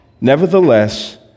Nevertheless